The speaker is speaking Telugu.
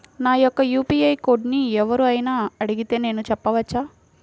నా యొక్క యూ.పీ.ఐ కోడ్ని ఎవరు అయినా అడిగితే నేను చెప్పవచ్చా?